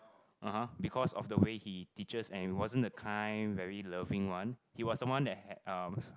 (uh huh) because of the way he teaches and he wasn't the kind very loving one he was someone that um